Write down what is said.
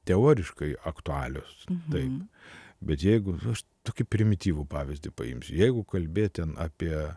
teoriškai aktualios taip bet jeigu aš tokį primityvų pavyzdį paimsiu jeigu kalbėt ten apie